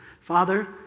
Father